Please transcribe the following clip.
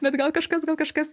bet gal kažkas gal kažkas